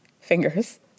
fingers